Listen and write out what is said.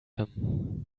him